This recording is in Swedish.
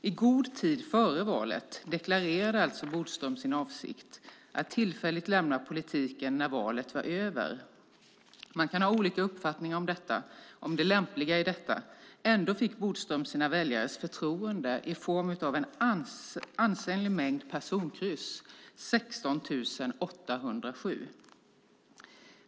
I god tid före valet deklarerade alltså Bodström sin avsikt att tillfälligt lämna politiken när valet var över. Man kan ha olika uppfattningar om det lämpliga i detta. Ändå fick Bodström sina väljares förtroende i form av en ansenlig mängd personkryss, 16 807!